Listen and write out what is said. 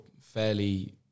fairly